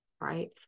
right